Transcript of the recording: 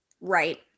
Right